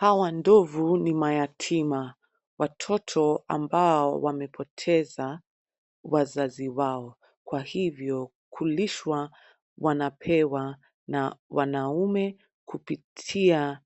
Hawa ndovu ni mayatima, watoto ambao wamepoteza wazazi wao, kwa hivyo kulishwa wanapewa na wanaume kupitia